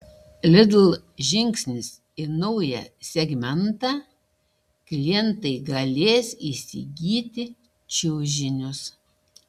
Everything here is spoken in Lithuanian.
lidl žingsnis į naują segmentą klientai galės įsigyti čiužinius